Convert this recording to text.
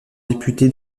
député